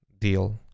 deal